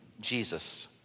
Jesus